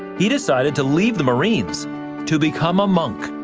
he decided to leave the marines to become a monk.